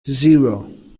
zero